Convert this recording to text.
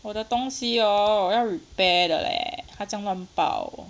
我的东西 orh 我要 repair 的 leh 他这样乱爆